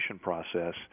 process